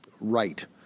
right